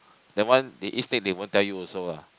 that one they eat snake they won't tell you also ah